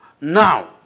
now